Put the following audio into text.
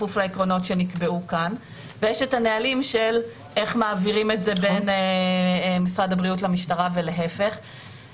ערכות אונס שעוברות מהמשטרה למשרד הבריאות ועוברות מבתי החולים